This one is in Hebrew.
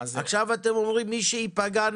עכשיו אתם אומרים שתעזרו למי שייפגע,